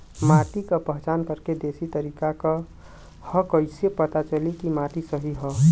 माटी क पहचान करके देशी तरीका का ह कईसे पता चली कि माटी सही ह?